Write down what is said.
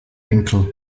incl